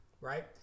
right